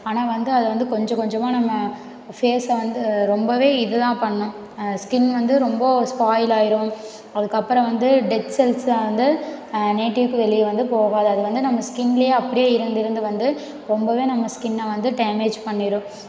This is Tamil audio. ஆனால் வந்து அதை வந்து கொஞ்சம் கொஞ்சமாக நம்ம ஃபேஸ்ஸை வந்து ரொம்பவே இது தான் பண்ணும் ஸ்கின் வந்து ரொம்ப ஸ்பாயில் ஆயிரும் அதுக்கு அப்புறம் வந்து டெட் செல்ஸ்ஸை வந்து நேட்டிவ்க்கு வெளியே வந்து போகாது அது வந்து நம்ம ஸ்கின்லையே அப்படியே இருந்து இருந்து வந்து ரொம்பவே நம்ம ஸ்கின்னை வந்து டேமேஜ் பண்ணிரும்